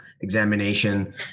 examination